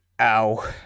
Ow